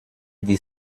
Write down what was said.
die